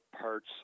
parts